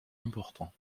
important